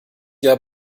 jahr